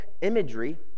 imagery